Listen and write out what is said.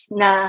na